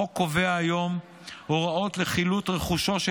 החוק קובע היום הוראות לחילוט רכושו של